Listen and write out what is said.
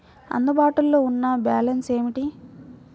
అందుబాటులో ఉన్న బ్యాలన్స్ ఏమిటీ?